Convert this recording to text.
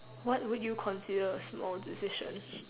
what would you consider a small decision